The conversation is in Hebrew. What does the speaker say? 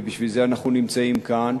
ובשביל זה אנחנו נמצאים כאן,